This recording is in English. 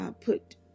put